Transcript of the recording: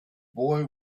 boy